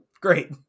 great